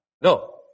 No